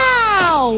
Wow